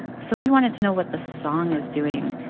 so we wanted to know what the song is doing,